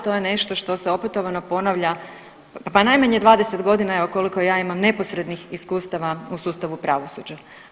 To je nešto što se opetovano ponavlja pa najmanje 20 godina, evo, koliko ja imam neposrednih iskustava u sustavu pravosuđa.